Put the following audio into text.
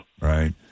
right